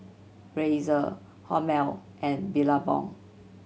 Razer Hormel and Billabong